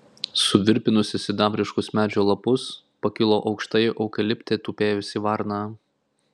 suvirpinusi sidabriškus medžio lapus pakilo aukštai eukalipte tupėjusi varna